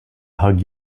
hug